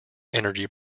energy